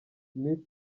miss